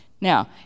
Now